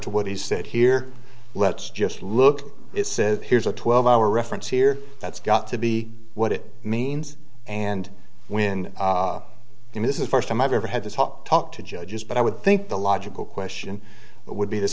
to what he said here let's just look it says here's a twelve hour reference here that's got to be what it means and when in this is first time i've ever had this hot talk to judges but i would think the logical question would be the